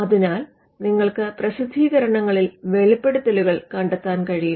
അതിനാൽ നിങ്ങൾക്ക് പ്രസിദ്ധീകരണങ്ങളിൽ വെളിപ്പെടുത്തലുകൾ കണ്ടെത്താൻ കഴിയും